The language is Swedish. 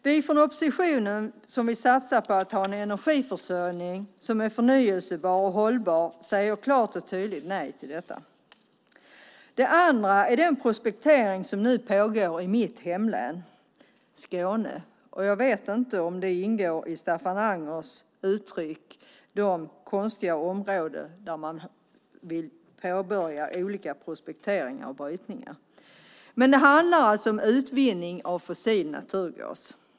Vi från oppositionen som vill satsa på en energiförsörjning som är förnybar och hållbar säger klart och tydligt nej till detta. Det andra jag vill nämna är den prospektering som nu pågår i mitt hemlän, Skåne. Jag vet inte om det ingår i Staffan Angers uttryck de konstiga områdena där man vill påbörja olika prospekteringar och brytningar. Det handlar alltså om utvinning av fossil naturgas.